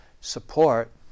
support